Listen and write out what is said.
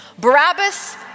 Barabbas